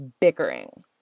bickering